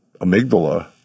amygdala